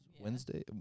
Wednesday